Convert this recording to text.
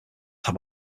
have